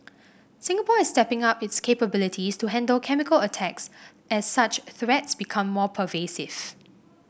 Singapore is stepping up its capabilities to handle chemical attacks as such threats become more pervasive